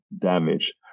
damage